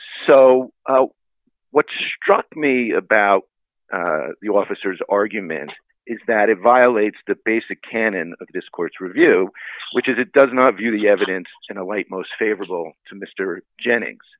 so what struck me about the officers argument is that it violates the basic canon of discourse review which is it does not view the evidence in a light most favorable to mr jennings